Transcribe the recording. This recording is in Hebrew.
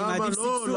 אני מעדיף סבסוד.